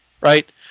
right